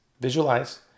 visualize